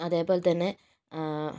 അതേപോലെ തന്നെ